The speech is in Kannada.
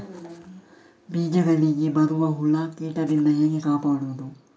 ಬೀಜಗಳಿಗೆ ಬರುವ ಹುಳ, ಕೀಟದಿಂದ ಹೇಗೆ ಕಾಪಾಡುವುದು?